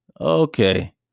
okay